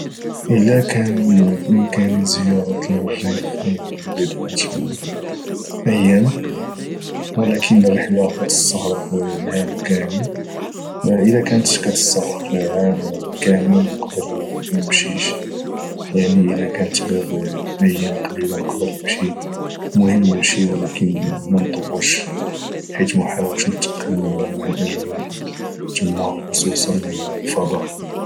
الى كان بامكاني زيارة المريخ لبضعة ايام ولكن الرحلة كتستغرق عام كامل الى كانت كتستغرق عام كامل نقدر منمشيش يعني الى كانت غير ايام قليلة نقدر نمشي المهم نمشي ولكن منطولش حيت محال واس نتأقلم مع الاجواء تما خصوصا الفضاء